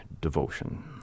devotion